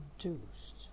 produced